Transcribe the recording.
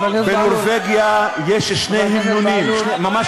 בנורבגיה יש סובלנות כלפי מיעוטים.